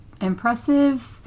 impressive